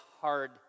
hard